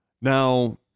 Now